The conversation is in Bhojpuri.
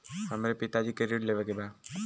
हमरे पिता जी के ऋण लेवे के बा?